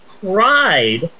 cried